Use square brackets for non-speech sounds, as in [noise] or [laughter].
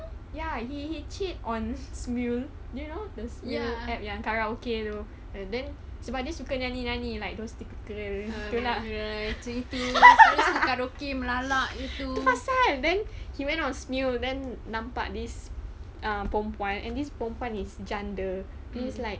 ya he he cheat on smule do you know the smule app ya karaoke you know and then sebab dia suka nyanyi-nyanyi like those typical tu [laughs] itu pasal then he went on smule then nampak this perempuan and this perempuan is janda means like